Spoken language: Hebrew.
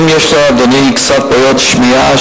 אם יש לאדוני קצת בעיות שמיעה,